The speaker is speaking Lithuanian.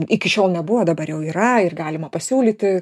iki šiol nebuvo dabar jau yra ir galima pasiūlyti